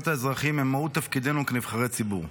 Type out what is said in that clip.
האזרחים הם מהות תפקידנו כנבחרי ציבור.